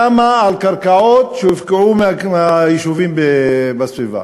קמה על קרקעות שהופקעו מהיישובים בסביבה,